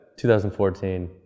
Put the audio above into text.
2014